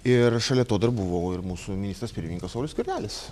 ir šalia to dar buvo ir mūsų ministras pirmininkas saulius skvernelis